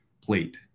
plate